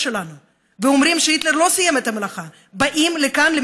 שלנו ואומרים שהיטלר לא סיים את המלאכה באים לכאן,